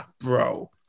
bro